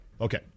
Okay